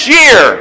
year